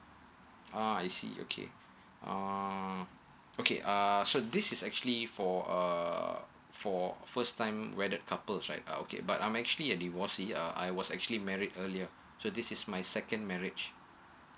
uh I see okay uh okay err so this is actually for uh for first time wedded couples right okay but I'm actually a divorcee uh I was actually married earlier so this is my second marriage